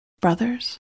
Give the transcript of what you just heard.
Brothers